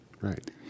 Right